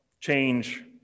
change